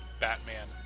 Batman